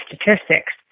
statistics